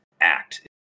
act